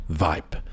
vibe